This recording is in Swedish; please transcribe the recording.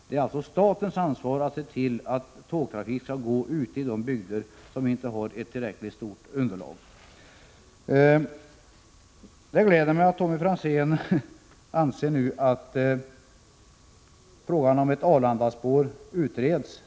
Det är alltså statens ansvar att se till att tågtrafiken går i de bygder som inte har tillräckligt stort underlag. Tommy Franzén är glad åt att frågan om ett Arlandaspår utreds.